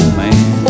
man